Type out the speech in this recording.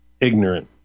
ignorant